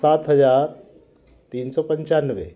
सात हजार तीन सौ पंचानवे